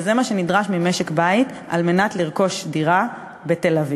וזה מה שנדרש ממשק-בית על מנת לרכוש דירה בתל-אביב.